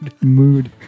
Mood